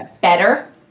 better